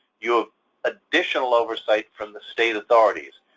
you have additional oversight from the state authorities,